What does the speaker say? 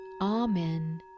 amen